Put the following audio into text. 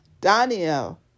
Daniel